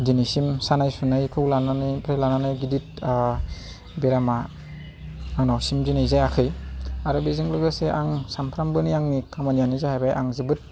दिनैसिम सानाय सुनायखौ लानानै फ्राय लानानै गिदिर बेरामा आंनाव दिनैसिम जायाखै आरो बेजों लोगोसे आं सानफ्रोमबोनि आंनि खामानियानो जाहैबाय आं जोबोद